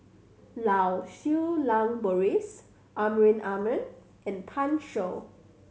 Lau Siew Lang Doris Amrin Amin and Pan Shou